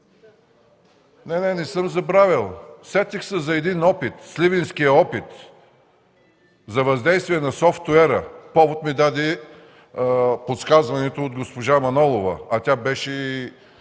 ДИМИТЪР ЛАЗАРОВ: Сетих се за един опит, сливенския опит за въздействие на софтуера. Повод ми даде подсказването от госпожа Манолова, а тя беше